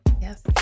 Yes